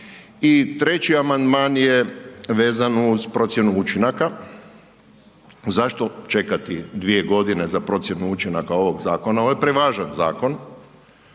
I treći amandman je vezan uz procjenu učinaka, zašto čekati 2.g. za procjenu učinaka ovog zakona, ovo je prevažan zakon